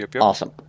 Awesome